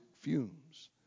fumes